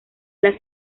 las